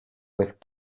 with